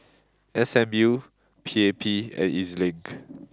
S M U P A P and Ez Link